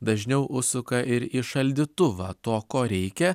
dažniau užsuka ir į šaldytuvą to ko reikia